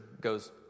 goes